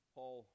Paul